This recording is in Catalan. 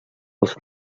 els